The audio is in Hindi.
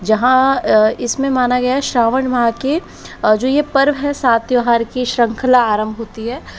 जहाँ इसमें माना गया है श्रावण माह के जो यह पर्व है सात त्यौहार की श्रंखला आरंभ होती है